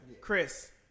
Chris